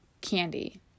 candy